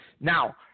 Now